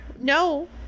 No